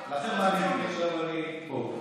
אתה רוצה שאני אקבל ממך אישור על מה לדבר?